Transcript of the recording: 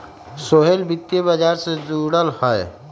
सोहेल वित्त व्यापार से जुरल हए